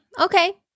okay